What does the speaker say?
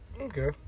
Okay